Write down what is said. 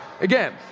again